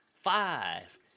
Five